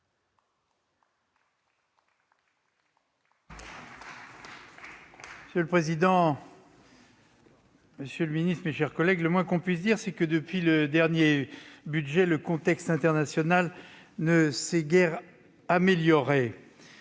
Monsieur le président, monsieur le ministre, mes chers collègues, le moins que l'on puisse dire, c'est que, depuis l'examen du dernier PLF, le contexte international ne s'est guère amélioré.